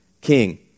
king